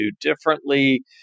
differently